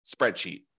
spreadsheet